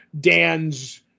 Dan's